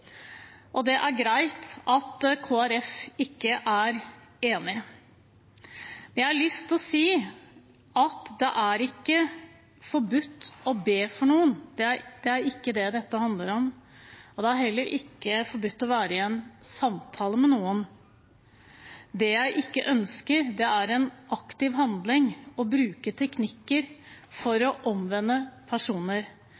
enig. Det er greit at Kristelig Folkeparti ikke er enig. Jeg har lyst til å si at det er ikke forbudt å be for noen. Det er ikke det dette handler om. Det er heller ikke forbudt å være i en samtale med noen. Det jeg ikke ønsker, er en aktiv handling og å bruke teknikker